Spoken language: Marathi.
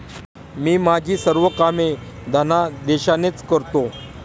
मी माझी सर्व कामे धनादेशानेच करतो